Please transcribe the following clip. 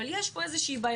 אבל יש פה איזה בעייתיות.